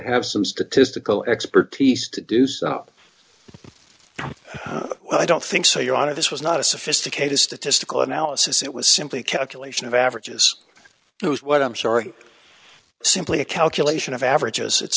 have some statistical expertise to do stop i don't think so your honor this was not a sophisticated statistical analysis it was simply calculation of averages it was what i'm sorry simply a calculation of averages it's